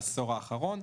העשור האחרון.